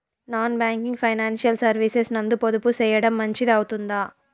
Non banking financial services నందు పొదుపు సేయడం మంచిది అవుతుందా?